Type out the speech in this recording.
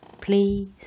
please